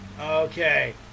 okay